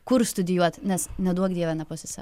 kur studijuot nes neduok dieve nepasise